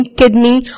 kidney